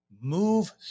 Move